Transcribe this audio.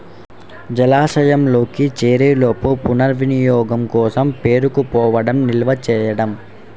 జలాశయంలోకి చేరేలోపు పునర్వినియోగం కోసం పేరుకుపోవడం నిల్వ చేయడం